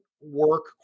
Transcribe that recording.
work